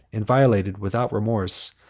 and violated, without remorse,